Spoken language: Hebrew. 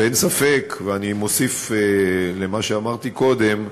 אין ספק, ואני מוסיף על מה שאמרתי קודם,